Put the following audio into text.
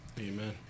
Amen